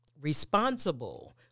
responsible